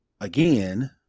Again